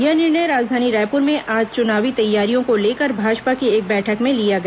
यह निर्णय राजधानी रायपुर में आज चुनावी तैयारियों को लेकर भाजपा की एक बैठक में लिया गया